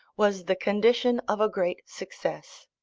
was the condition of a great success